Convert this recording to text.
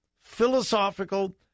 philosophical